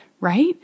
right